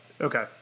Okay